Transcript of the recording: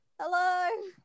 hello